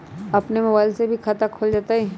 अपन मोबाइल से भी खाता खोल जताईं?